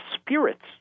spirits